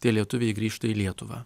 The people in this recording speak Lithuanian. tie lietuviai grįžta į lietuvą